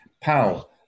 PAL